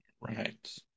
right